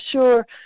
sure